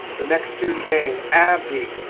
the next student name abdi.